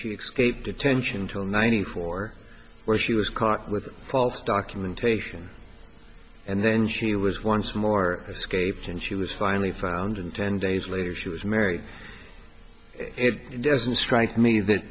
explained detention until ninety four where she was caught with false documentation and then she was once more scraped and she was finally found in ten days later she was married it doesn't strike me that